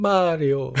Mario